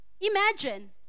Imagine